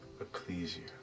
ecclesia